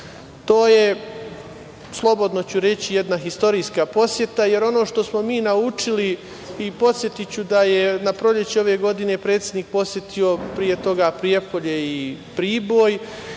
To je, slobodno ću reći, jedna istorijska poseta, jer ono što smo mi naučili, podsetiću da je na proleće ove godine predsednik posetio pre toga i Prijepolje i Priboj,